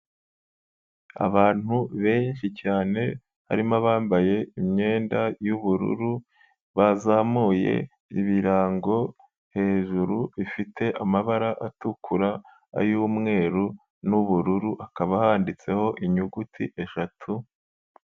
Abantu benshi cyane harimo bambaye imyenda yubururu, bazamuye ibirango hejuru bifite amabara atukura ay' umweru n'ubururu hakaba handitseho inyuguti eshatu.